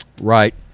Right